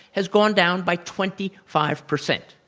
has gone down by twenty five percent.